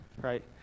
right